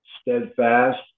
steadfast